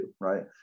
right